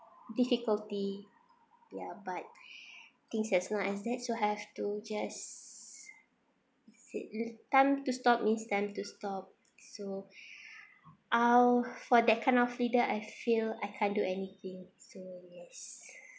difficulty ya but things as not as that so have to just sadly time to stop means time to stop so uh for that kind of leader I feel I can't do anything so yes